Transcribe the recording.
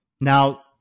Now